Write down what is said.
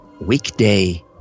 weekday